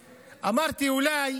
אמרתי, אולי